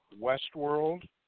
Westworld